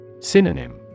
Synonym